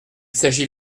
s’agit